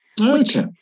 Okay